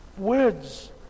words